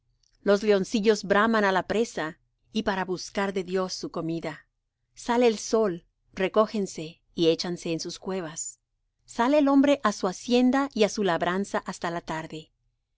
los leoncillos braman á la presa y para buscar de dios su comida sale el sol recógense y échanse en sus cuevas sale el hombre á su hacienda y á su labranza hasta la tarde